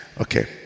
okay